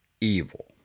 evil